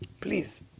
Please